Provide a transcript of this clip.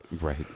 Right